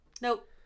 Nope